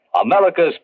America's